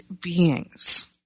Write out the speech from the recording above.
beings